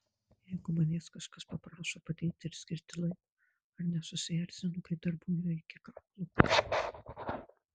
jeigu manęs kažkas paprašo padėti ir skirti laiko ar nesusierzinu kai darbų yra iki kaklo